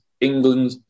England